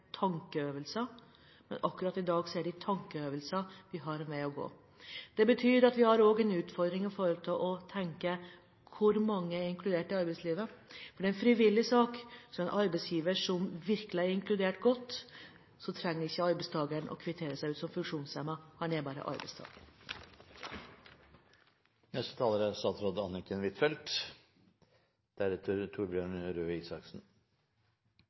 tankeøvelser – akkurat i dag er det tankeøvelser. Vi har en vei å gå. Det betyr at vi også har en utfordring i forhold til å tenke hvor mange som er inkludert i arbeidslivet. Det er en frivillig sak – hos en arbeidsgiver som virkelig har inkludert godt, trenger ikke arbeidstakeren å kvittere seg ut som funksjonshemmet. Han er bare arbeidstaker.